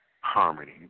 harmony